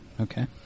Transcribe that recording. Okay